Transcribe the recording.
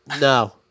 No